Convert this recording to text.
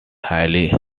highly